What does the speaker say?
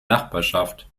nachbarschaft